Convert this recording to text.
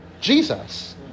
Jesus